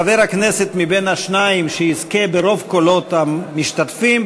חבר הכנסת מבין השניים שיזכה ברוב קולות המשתתפים,